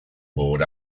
board